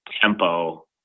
tempo